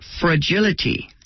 fragility